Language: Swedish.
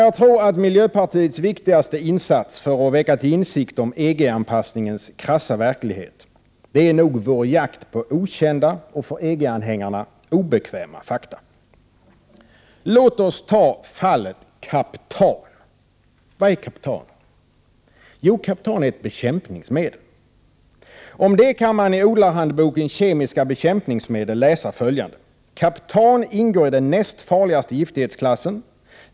Jag tror att miljöpartiets viktigaste insats för att väcka till insikt om EG-anpassningens krassa verklighet är vår jakt på okända och — för EG-anhängarna — obekväma fakta. Låt oss ta fallet kaptan. Vad är kaptan? Jo, kaptan är ett bekämpningsmedel. Om detta kan man i odlarhandboken Kemiska bekämpningsmedel läsa följande: Kaptan ingår i den näst farligaste giftighetsklassen.